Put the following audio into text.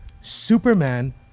Superman